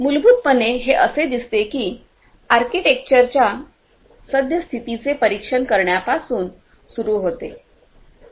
मूलभूतपणे हे असे दिसते की हे आर्किटेक्चरच्या सद्यस्थितीचे परीक्षण करण्यापासून सुरू होते